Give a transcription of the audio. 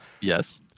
Yes